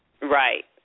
Right